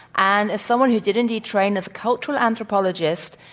and as someone who did indeed train as a cultural anthropologist,